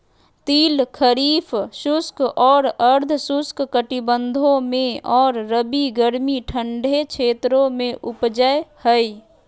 तिल खरीफ शुष्क और अर्ध शुष्क कटिबंधों में और रबी गर्मी ठंडे क्षेत्रों में उपजै हइ